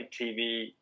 tv